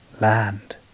Land